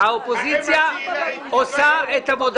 האופוזיציה עושה את עבודתה.